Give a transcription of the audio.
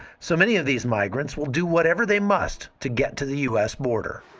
so many of these migrants will do whatever they must to get to the u s. border.